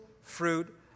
fruit